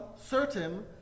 certain